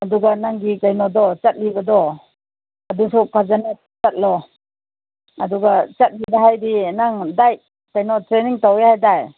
ꯑꯗꯨꯒ ꯅꯪꯒꯤ ꯀꯩꯅꯣꯗꯣ ꯆꯠꯂꯤꯕꯗꯣ ꯑꯗꯨꯁꯨ ꯐꯖꯅ ꯆꯠꯂꯣ ꯑꯗꯨꯒ ꯆꯠꯂꯤꯕ ꯍꯥꯏꯗꯤ ꯅꯪ ꯗꯥꯏꯠ ꯀꯩꯅꯣ ꯇ꯭ꯔꯦꯅꯤꯡ ꯇꯧꯏ ꯍꯥꯏꯗꯥꯏ